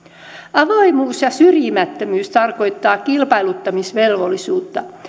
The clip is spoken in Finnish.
avoimuus ja syrjimättömyys tarkoittaa kilpailuttamisvelvollisuutta